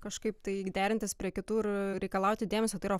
kažkaip tai derintis prie kitų ir reikalauti dėmesio tai yra